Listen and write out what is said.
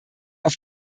auf